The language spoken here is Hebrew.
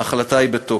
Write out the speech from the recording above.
ההחלטה היא בתוקף.